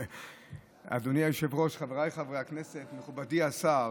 אדוני היושב-ראש, חבריי חברי הכנסת, מכובדי השר,